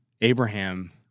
Abraham